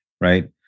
Right